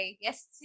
Yes